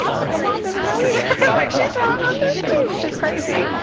like my mom doesn't know either! like she is wrong on this too, which is crazy.